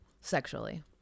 Sexually